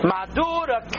Madura